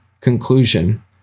Conclusion